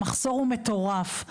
המחסור הוא מטורף,